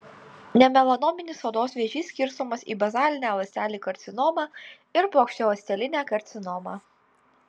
nemelanominis odos vėžys skirstomas į bazalinę ląstelių karcinomą ir plokščialąstelinę karcinomą